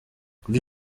kuri